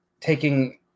taking